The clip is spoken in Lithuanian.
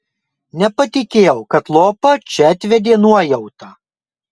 nepatikėjau kad lopą čia atvedė nuojauta